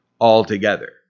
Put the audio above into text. altogether